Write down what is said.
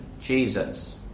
Jesus